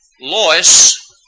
Lois